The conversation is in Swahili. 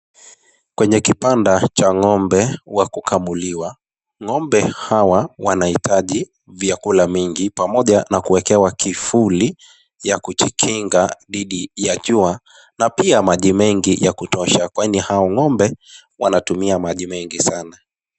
Kwenye kibanda cha ng'ombe wakukamuliwa.Ng'ombe hawa wanahitaji vyakula mingi, pamoja na kuwekewa kivuli ya kujikinga dhidi ya jua na pia maji mengi ya kutosha, kwani hao ng'ombe wanatumia maji mengi sana.